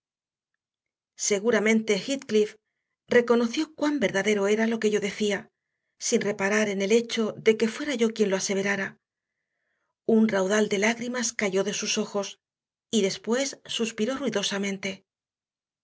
seguramente heathcliff reconoció cuan verdadero era lo que yo decía sin reparar en el hecho de que fuera yo quien lo aseverara un raudal de lágrimas cayó de sus ojos y después suspiró ruidosamente